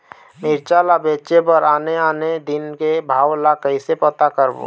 मिरचा ला बेचे बर आने आने दिन के भाव ला कइसे पता करबो?